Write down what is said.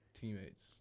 teammates